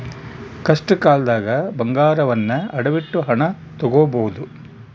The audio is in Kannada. ಕಷ್ಟಕಾಲ್ದಗ ಬಂಗಾರವನ್ನ ಅಡವಿಟ್ಟು ಹಣ ತೊಗೋಬಹುದು